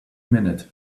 minute